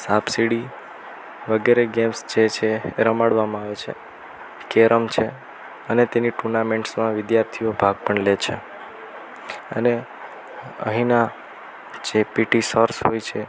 સાપસીડી વગેરે ગેમ્સ જે છે રમાડવામાં આવે છે કેરમ છે અને તેની ટુર્નામેન્ટ્સમાં વિદ્યાર્થીઓ ભાગ પણ લે છે અને અહીના જે પીટી સર્સ હોય છે